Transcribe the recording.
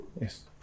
Yes